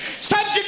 Subject